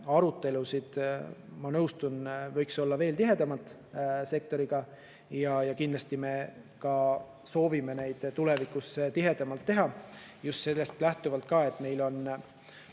sektoriga, ma nõustun, võiks olla veel tihedamalt, ja kindlasti me soovime neid tulevikus tihedamalt teha. Just sellest lähtuvalt, et meil on